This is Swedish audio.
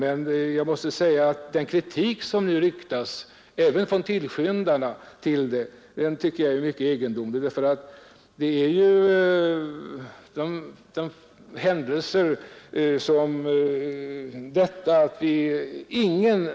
Jag vill emellertid säga att den kritik som även tillskyndarna nu riktar mot dessa lån enligt min mening är mycket egendomlig.